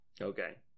Okay